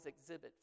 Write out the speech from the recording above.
exhibit